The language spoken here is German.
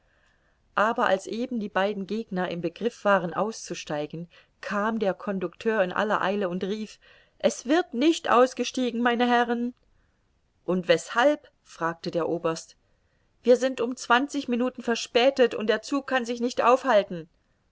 aber als eben die beiden gegner im begriff waren auszusteigen kam der conducteur in aller eile und rief es wird nicht ausgestiegen meine herren und weshalb fragte der oberst wir sind um zwanzig minuten verspätet und der zug kann sich nicht aufhalten